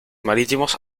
marítimos